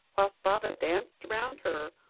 whilst baba danced round her,